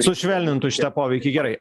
sušvelnintų šitą poveikį gerai